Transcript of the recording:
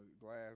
Glass